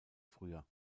früher